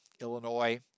illinois